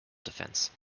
defense